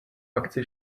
akci